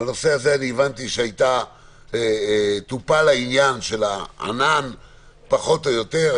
בנושא הזה הבנתי שטופל העניין של הענן פחות או יותר.